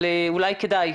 אבל אולי כדאי.